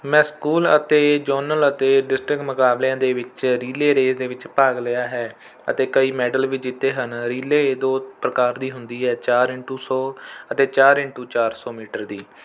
ਮੈਂ ਸਕੂਲ ਅਤੇ ਜੋਨਲ ਅਤੇ ਡਿਸਟਿਕ ਮੁਕਾਬਲਿਆਂ ਦੇ ਵਿੱਚ ਰੀਲੇਅ ਰੇਸ ਦੇ ਵਿੱਚ ਭਾਗ ਲਿਆ ਹੈ ਅਤੇ ਕਈ ਮੈਡਲ ਵੀ ਜਿੱਤੇ ਹਨ ਰੀਲੇਅ ਦੋ ਪ੍ਰਕਾਰ ਦੀ ਹੁੰਦੀ ਹੈ ਚਾਰ ਇੰਨਟੂ ਸੌ ਅਤੇ ਚਾਰ ਇੰਨਟੂ ਚਾਰ ਸੌ ਮੀਟਰ ਦੀ